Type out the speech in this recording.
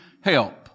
help